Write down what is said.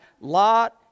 Lot